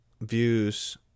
views